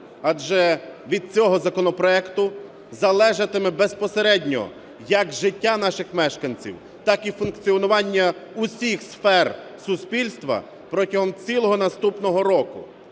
Адже від цього законопроекту залежатиме безпосередньо як життя наших мешканців, так і функціонування усіх сфер суспільства протягом цілого наступного року.